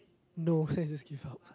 no then I just give up